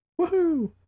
Woohoo